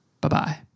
Bye-bye